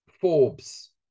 Forbes